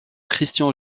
christian